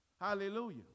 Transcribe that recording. Hallelujah